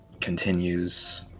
continues